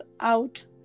out